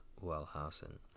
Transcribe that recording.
Wellhausen